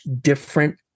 different